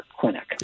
clinic